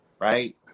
right